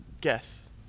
guess